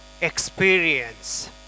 experience